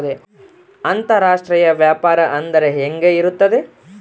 ಅಂತರಾಷ್ಟ್ರೇಯ ವ್ಯಾಪಾರ ಅಂದರೆ ಹೆಂಗೆ ಇರುತ್ತದೆ?